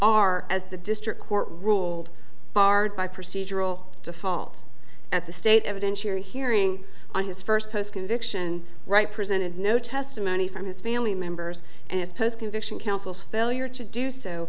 are as the district court ruled barred by procedural default at the state evidentiary hearing on his first post conviction right presented no testimony from his family members and his post conviction counsels failure to do so